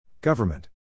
Government